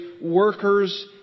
workers